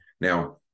Now